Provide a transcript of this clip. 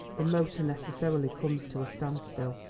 the motor necessarily comes to a stand-still.